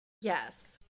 Yes